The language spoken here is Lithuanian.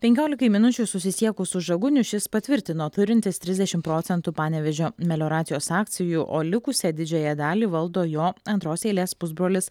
penkiolikai minučių susisiekus su žaguniu šis patvirtino turintis trisdešimt procentų panevėžio melioracijos akcijų o likusią didžiąją dalį valdo jo antros eilės pusbrolis